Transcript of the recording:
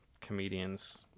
Comedians